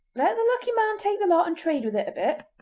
let the lucky man take the lot and trade with it a bit,